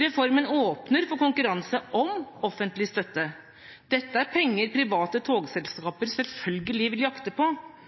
Reformen åpner for konkurranse om offentlig støtte. Dette er penger private